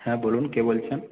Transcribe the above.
হ্যাঁ বলুন কে বলছেন